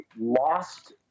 lost